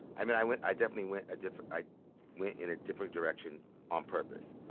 i mean, i went i definitely went a different i went in a different direction on purpose.